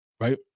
Right